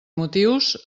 motius